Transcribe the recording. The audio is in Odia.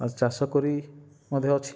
ଆଉ ଚାଷ କରି ମଧ୍ୟ ଅଛି